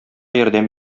ярдәм